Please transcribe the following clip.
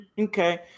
okay